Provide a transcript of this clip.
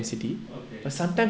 okay